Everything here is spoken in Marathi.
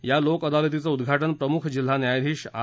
या लोकअदालतीच उद्वाटन प्रमुख जिल्हा न्यायाधीश आर